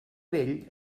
vell